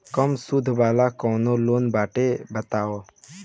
कम सूद वाला कौन लोन बाटे बताव?